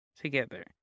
together